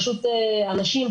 פשוט אנשים,